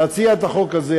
להציע את החוק הזה,